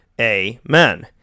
Amen